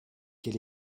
quel